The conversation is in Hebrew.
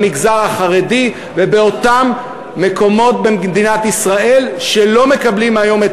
במגזר החרדי ובאותם מקומות במדינת ישראל שלא מקבלים היום את